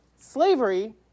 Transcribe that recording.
slavery